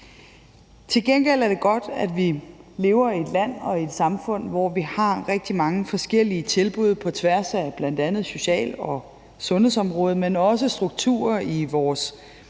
Til gengæld er det godt, at vi lever i et land og i et samfund, hvor vi har rigtig mange forskellige tilbud på tværs af bl.a. social- og sundhedsområdet, men også, at der er strukturer i vores